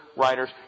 writers